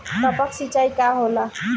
टपक सिंचाई का होला?